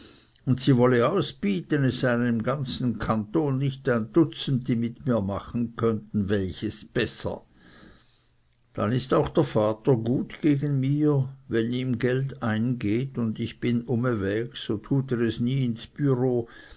und sie wolle ausbieten es seien im ganzen kanton nicht ein dotzend die mit mir machen konnten welches besser dann ist auch der vater gar gut gegen mir wenn ihm geld eingeht und ich bin umeweg so tut er es nie ins